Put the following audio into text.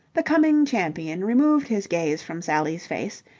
the coming champion removed his gaze from sally's face,